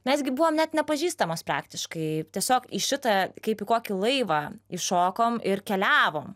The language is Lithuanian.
mes gi buvom net nepažįstamos praktiškai tiesiog į šitą kaip į kokį laivą įšokom ir keliavom